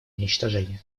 уничтожение